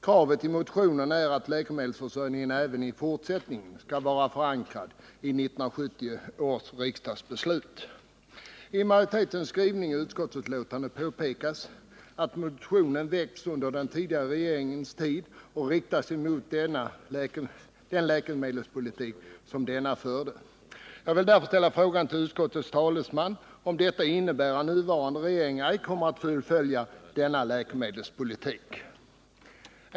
Kravet i motionen är att läkemedelsförsörjningen även i fortsättningen skall vara förankrad i 1970 års riksdagsbeslut. I majoritetens skrivning i utskottsutlåtandet påpekas att motionen väckts under den tidigare regeringens tid och riktar sig mot den läkemedelspolitik som denna regering förde. Jag vill därför ställa frågan till utskottets talesman, om detta innebär att nuvarande regering ej kommer att fullfölja denna läkemedelspolitik.